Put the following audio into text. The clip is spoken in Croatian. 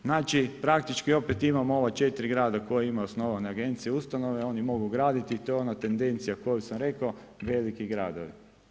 Znači praktički opet imamo ova 4 grada koji imaju osnovane agencije, ustanove, oni mogu graditi i to je ona tendencija koju sam rekao, veliki gradova.